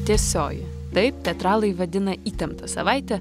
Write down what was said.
tiesioji taip teatralai vadina įtemptą savaitę